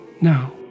now